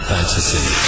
Fantasy